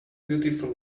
beautiful